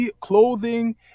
clothing